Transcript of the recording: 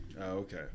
Okay